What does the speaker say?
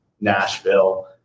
nashville